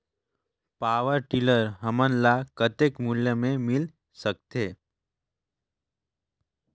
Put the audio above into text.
Power tiller हमन ल कतेक मूल्य मे मिल सकथे?